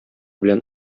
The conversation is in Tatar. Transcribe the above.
белән